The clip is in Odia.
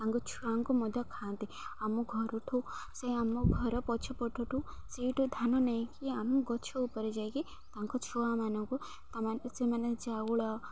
ତାଙ୍କ ଛୁଆଙ୍କୁ ମଧ୍ୟ ଖାଆନ୍ତି ଆମ ଘରୁ ଠୁ ସେ ଆମ ଘର ପଛପଟଠୁ ସେଇଠୁ ଧାନ ନେଇକି ଆମ ଗଛ ଉପରେ ଯାଇକି ତାଙ୍କ ଛୁଆମାନଙ୍କୁ ସେମାନେ ଚାଉଳ